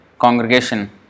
congregation